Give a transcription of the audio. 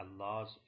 Allah's